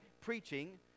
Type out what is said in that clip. preaching